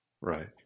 right